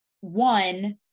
one